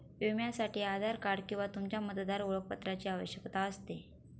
विम्यासाठी आधार कार्ड किंवा तुमच्या मतदार ओळखपत्राची आवश्यकता असते